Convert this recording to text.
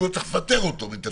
אם לא צריך לפטר אותו מתפקידו.